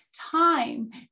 time